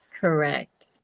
Correct